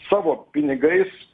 savo pinigais